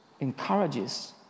encourages